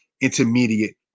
intermediate